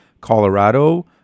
Colorado